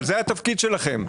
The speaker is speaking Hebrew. אבל זה התפקיד שלכם.